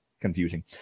confusing